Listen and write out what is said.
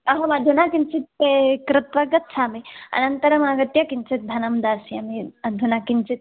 अहमधुना किञ्चित् पे कृत्वा गच्छामि अनन्तरमागत्य किञ्चिद्धनं दास्यामि अधुना किञ्चित्